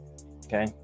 Okay